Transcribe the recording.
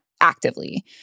actively